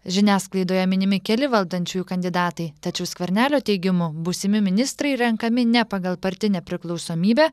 žiniasklaidoje minimi keli valdančiųjų kandidatai tačiau skvernelio teigimu būsimi ministrai renkami ne pagal partinę priklausomybę